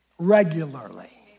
regularly